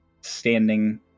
standing